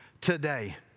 today